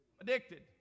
addicted